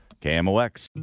KMOX